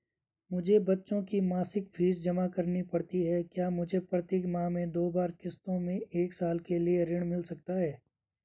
मुझे बच्चों की मासिक फीस जमा करनी पड़ती है क्या मुझे प्रत्येक माह में दो बार किश्तों में एक साल के लिए ऋण मिल सकता है?